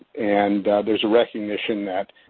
and there's a recognition that,